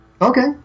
Okay